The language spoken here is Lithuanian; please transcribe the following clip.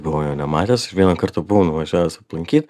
buvau jo nematęs ir vieną kartą buvau nuvažiavęs aplankyt